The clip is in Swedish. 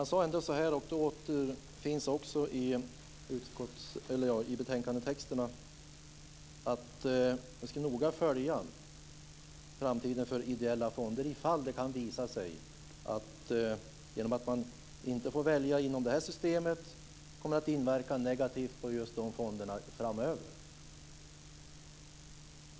Ronny Olander sade, och det framgår också i betänkandetexten, att man noga ska följa upp framtiden för ideella fonder ifall det skulle visa sig att det genom att man inte kan få välja inom detta system inverkar på fonderna framöver.